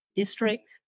District